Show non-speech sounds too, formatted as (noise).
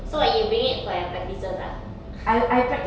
so what you bring it for your practices ah (laughs)